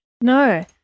no